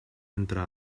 entre